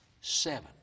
seven